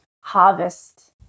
harvest